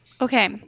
Okay